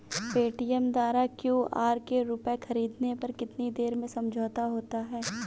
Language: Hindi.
पेटीएम द्वारा क्यू.आर से रूपए ख़रीदने पर कितनी देर में समझौता होता है?